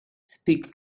speak